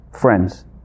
friends